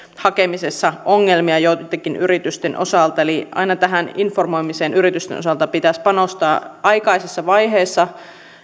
hakemisessa ongelmia joittenkin yritysten osalta eli aina tähän informoimiseen yritysten osalta pitäisi panostaa aikaisessa vaiheessa